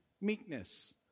meekness